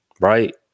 right